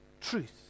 truth